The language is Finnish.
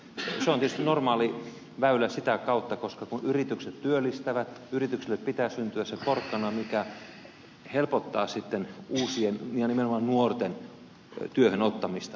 se on tietysti normaali väylä sitä kautta koska kun yritykset työllistävät yrityksille pitää syntyä se porkkana mikä helpottaa sitten uusien ja nimenomaan nuorten työhön ottamista